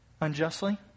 unjustly